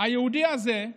היהודי הזה,